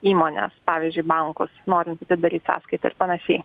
įmones pavyzdžiui bankus norint atidaryt sąskaitą ir panašiai